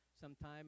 sometime